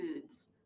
foods